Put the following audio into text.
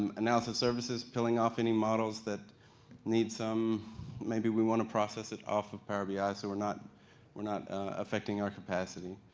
um analysis services. peeling off any models that need some maybe we want to process it off power bi ah so we're not we're not affecting our capacity.